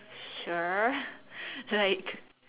sure like